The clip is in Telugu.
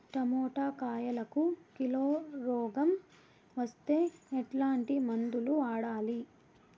టమోటా కాయలకు కిలో రోగం వస్తే ఎట్లాంటి మందులు వాడాలి?